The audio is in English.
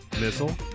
Missile